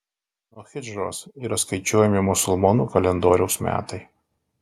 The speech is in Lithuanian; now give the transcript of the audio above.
nuo hidžros yra skaičiuojami musulmonų kalendoriaus metai